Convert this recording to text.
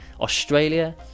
Australia